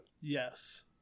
yes